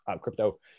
crypto